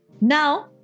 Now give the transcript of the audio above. Now